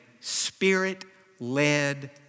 spirit-led